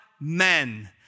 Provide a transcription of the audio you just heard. men